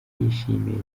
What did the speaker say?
yishimiye